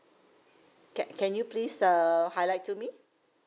can can you please err highlight to me